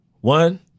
One